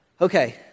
Okay